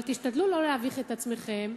אבל תשתדלו לא להביך את עצמכם.